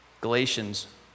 Galatians